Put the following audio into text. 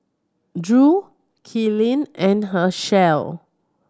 Drew Kylene and Hershell